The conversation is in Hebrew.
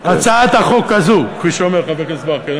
הצעת החוק הזאת, כפי שאומר חבר הכנסת ברכה.